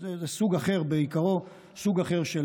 זה סוג אחר של כוח.